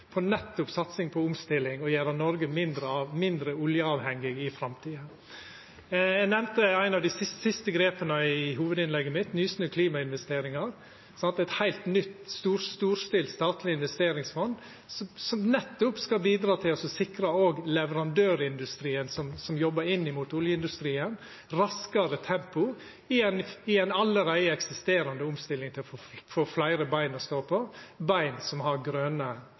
på nettopp satsing på omstilling og på å gjera Noreg mindre oljeavhengig i framtida. Eg nemnde i hovudinnlegget mitt eit av dei siste grepa, Nysnø Klimainvesteringer, som er eit heilt nytt storstilt statleg investeringsfond som nettopp skal bidra til å sikra òg leverandørindustrien som jobbar inn mot oljeindustrien, raskare tempo i ei allereie eksisterande omstilling for å få fleire bein å stå på, bein som har grøne